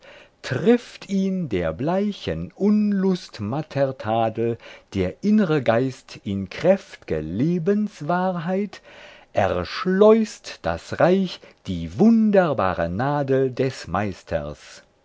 trifft ihn der bleichen unlust matter tadel der innre geist in kräft'ge lebenswahrheit erschleußt das reich die wunderbare nadel des meisters